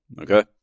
Okay